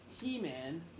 He-Man